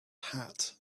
hat